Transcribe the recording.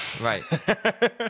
right